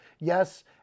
Yes